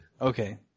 Okay